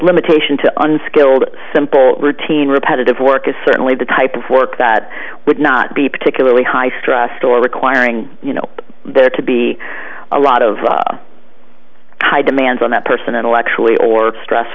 limitation to on skilled simple routine repetitive work is certainly the type of work that would not be particularly high stressed or requiring you know there to be a lot of high demands on that person intellectually or stress